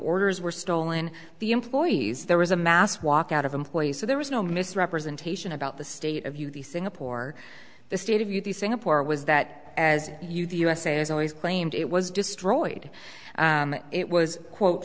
orders were stolen the employees there was a mass walkout of employees so there was no misrepresentation about the state of the singapore the state of u t singapore was that as you the usa has always claimed it was destroyed it was quote